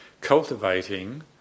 cultivating